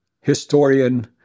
historian